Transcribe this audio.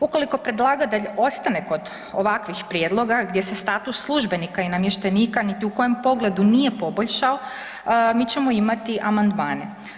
Ukoliko predlagatelj ostane kod ovakvih prijedloga gdje se status službenika i namještenika niti u kojem pogledu nije poboljšao mi ćemo imati amandmane.